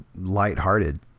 lighthearted